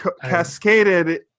cascaded